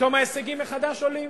פתאום ההישגים מחדש עולים.